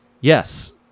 Yes